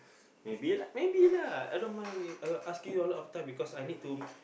maybe lah maybe lah I don't mind asking you a lot of time because I need to